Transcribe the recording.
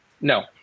No